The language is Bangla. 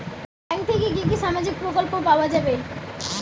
ব্যাঙ্ক থেকে কি কি সামাজিক প্রকল্প পাওয়া যাবে?